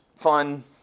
fun